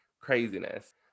Craziness